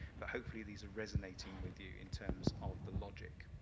but hopefully these are resonating with you in terms of the logic.